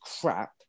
crap